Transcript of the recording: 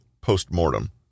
post-mortem